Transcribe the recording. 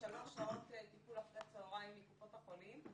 לשלוש שעות טיפול אחר הצהרים מקופות החולים.